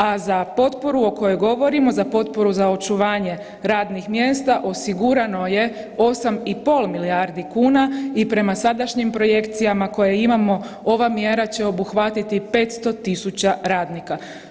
A za potporu o kojoj govorimo, za potporu za očuvanje radnih mjesta osigurano je 8,5 milijardi kuna i prema sadašnjim projekcijama koje imamo ova mjera će obuhvatiti 500.000 radnika.